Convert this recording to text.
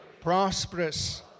prosperous